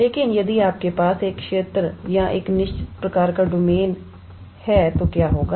लेकिन यदि आपके पास एक क्षेत्र या एक निश्चित प्रकार का डोमेन है तो क्या होगा